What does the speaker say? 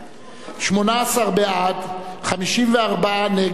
18 בעד, 54 נגד, שבעה נמנעים.